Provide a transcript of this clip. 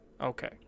Okay